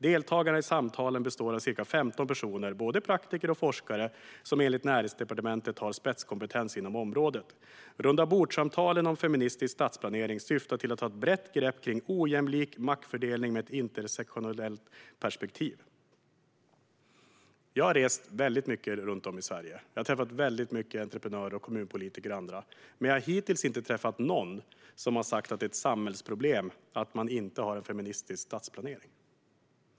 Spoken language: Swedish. Deltagarna i samtalen består av ca 15 personer, både praktiker och forskare, som enligt Näringsdepartementet har spetskompetens inom området. Rundabordssamtalen om feministisk stadsplanering syftar till att ta ett brett grepp kring ojämlik maktfördelning med ett intersektionellt perspektiv." Jag har rest runt i Sverige väldigt mycket och träffat många entreprenörer, kommunpolitiker och andra, men jag har hittills inte träffat någon som har sagt att det är ett samhällsproblem att man inte har en feministisk stadsplanering.